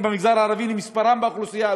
במגזר הערבי לפי מספרם באוכלוסייה,